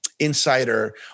insider